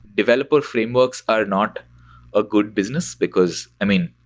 developer frameworks are not a good business, because, i mean,